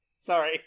Sorry